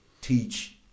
teach